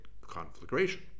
conflagration